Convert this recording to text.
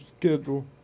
schedule